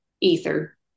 ether